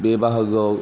बे बाहागोआव